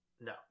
No